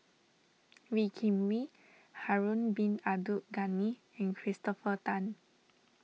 Wee Kim Wee Harun Bin Abdul Ghani and Christopher Tan